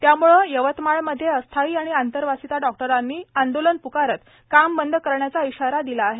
त्यामुळे यवतमाळमध्ये अस्थायी आणि आंतरवासिता डॉक्टरांनी आंदोलन प्कारत काम बंद करण्याचा इशारा दिला आहे